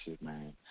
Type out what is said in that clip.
man